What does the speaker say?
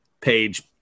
page